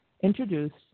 introduced